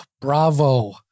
Bravo